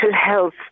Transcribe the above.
health